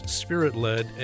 spirit-led